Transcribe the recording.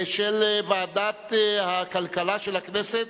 של ועדת הכלכלה של הכנסת.